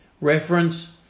Reference